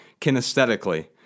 kinesthetically